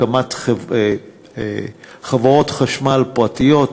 הקמת חברות חשמל פרטיות,